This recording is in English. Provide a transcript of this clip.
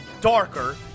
darker